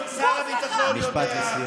משפט לסיום.